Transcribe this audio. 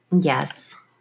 Yes